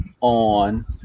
on